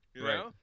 Right